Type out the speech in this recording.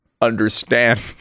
understand